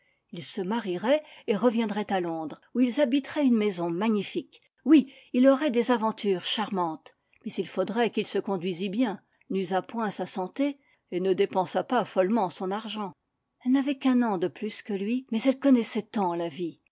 ils se marieraient et reviendraient à londres où ils habiteraient une maison magnifique oui il aurait des aventures charmantes mais il faudrait qu'il se conduisît bien n'usât point sa santé et ne dépensât pas follement son argent elle n'avait qu'un an de plus que lui mais elle connaissait tant la vie